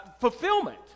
fulfillment